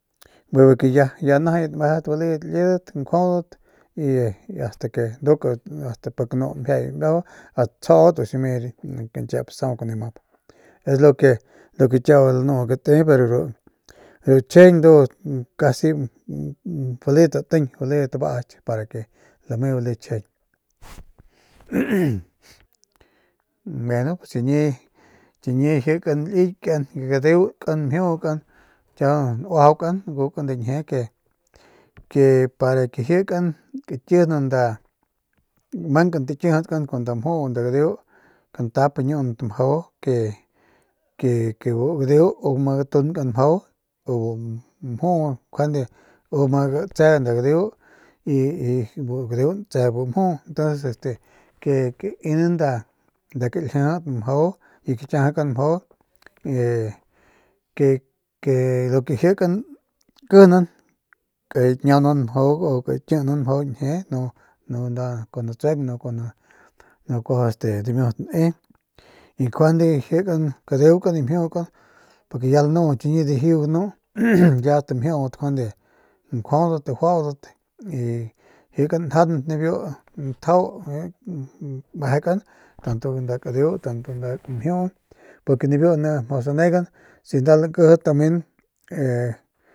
Bijiy ke ya najayat baledat liedat nkjuaudat y ast ke nduk ast pik nu mjiay mbiajau tsjaut o si me kañkiep saung kuneu map es lo ke kiau lanuu ke te ru chjijiñ ndu casi baledat tiñ baledat abaky para ke lame bale chjijiñ gueno chiñi likin gadeukan mjiukan kiau nuajaunkan ngukan nda ñjie ke y para ke jikan kakijinan nda mankan takijidkan kun nda mjuu nda gadeu kantap ñuunt mjau ke ke bu gadeu u ma gatnkan mjau bu mjuu njuande u ma gatse nda gadeu y y y bu gadeu ntse bu mjuu entonces ke kainan nda kaljijit mjau y gakiajakant mjau y ke lo ke jikan nkijinan kañiaunan u kakijinan mjau ñjie nu nda kuajau natsueng nu kuaju dimiut ne y njuande jikan kadeukan mjiukan porque ya lanu chiñi dijiu ganu ya ast mjiudat nkjuaudat juaudat jikan njant nibiu njau mejekan tanto kadeu tanto ki mjiukan porque biu ni mjau sanegan si nda lankiji tamen.